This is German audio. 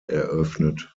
eröffnet